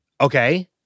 Okay